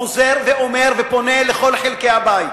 חוזר ואומר ופונה לכל חלקי הבית,